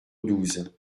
douze